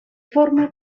forma